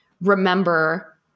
remember